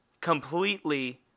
completely